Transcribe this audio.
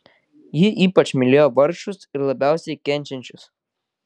ji ypač mylėjo vargšus ir labiausiai kenčiančius